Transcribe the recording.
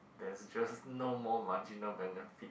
there's just no more marginal benefit